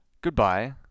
goodbye